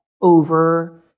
over